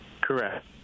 Correct